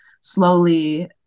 slowly